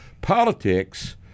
politics